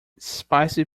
spicy